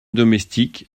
domestique